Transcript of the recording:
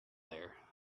there